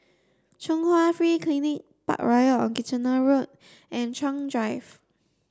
Chung Hwa Free Clinic Parkroyal on Kitchener Road and Chuan Drive